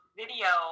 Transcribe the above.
video